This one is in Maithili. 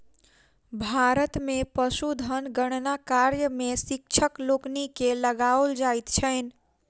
भारत मे पशुधन गणना कार्य मे शिक्षक लोकनि के लगाओल जाइत छैन